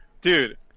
dude